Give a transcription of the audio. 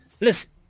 Listen